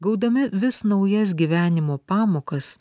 gaudami vis naujas gyvenimo pamokas